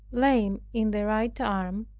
lame in the right arm,